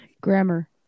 grammar